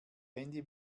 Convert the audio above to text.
handy